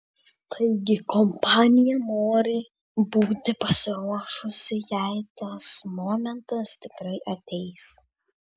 taigi kompanija nori būti pasiruošusi jei tas momentas tikrai ateis